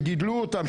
שגידלו אותם,